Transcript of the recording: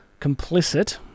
complicit